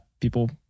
people